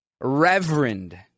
Reverend